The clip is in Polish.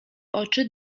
oczy